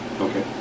Okay